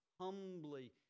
humbly